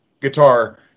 guitar